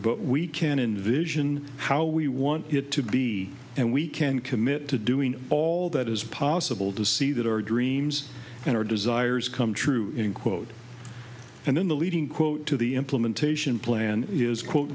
but we can envision how we want it to be and we can commit to doing all that is possible to see that our dreams and our desires come true in quote and in the leading quote to the implementation plan is quote